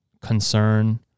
concern